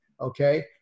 Okay